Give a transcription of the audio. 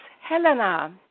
Helena